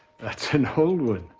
that's an old one.